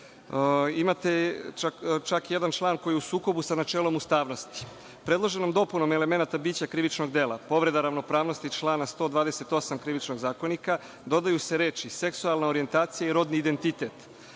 Imate čak jedan član koji je u sukobu sa načelom ustavnosti. Predloženom dopunom elemenata bića krivičnog dela povreda ravnopravnosti člana 128. Krivičnog zakonika dodaju se reči – seksualna orjentacija i rodni identitet,